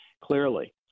clearly